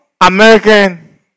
American